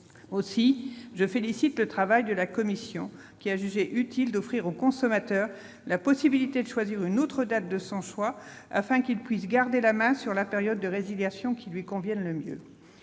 Aussi, je félicite le travail de la commission, qui a jugé utile d'offrir au consommateur la possibilité de choisir une autre date, afin de garder la main sur la période de résiliation qui lui convienne le mieux.